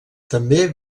també